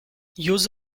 use